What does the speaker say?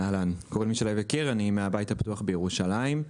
אני מהבית הפתוח בירושלים.